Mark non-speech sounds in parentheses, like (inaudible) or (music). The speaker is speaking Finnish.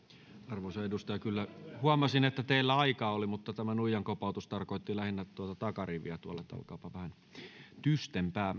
arvoisa edustaja kyllä huomasin että teillä aikaa oli mutta tämä nuijan kopautus tarkoitti lähinnä tuota takariviä tuolla että olkaapa vähän tystempää (unintelligible)